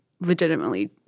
legitimately